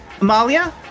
Amalia